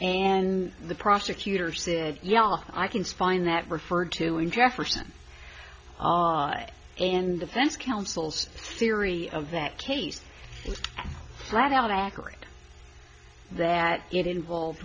and the prosecutor says yeah i can find that referred to in jefferson i and defense counsel's theory of that case and flat out accurate that it involve